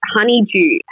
Honeydew